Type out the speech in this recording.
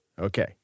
Okay